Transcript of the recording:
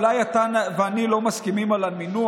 אולי אתה ואני לא מסכימים על המינוח,